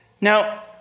Now